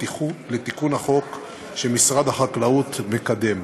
לתיקון החוק שמשרד החקלאות מקדם.